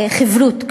חִברות.